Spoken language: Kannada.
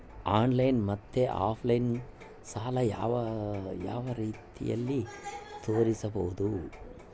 ಆನ್ಲೈನ್ ಮತ್ತೆ ಆಫ್ಲೈನ್ ಸಾಲ ಯಾವ ಯಾವ ರೇತಿನಲ್ಲಿ ತೇರಿಸಬಹುದು?